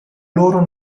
loro